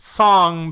song